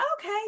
okay